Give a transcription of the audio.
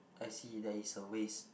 I see that is a waste